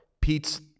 Pete's